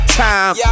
time